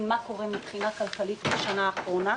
מה קורה מבחינה כלכלית בשנה האחרונה.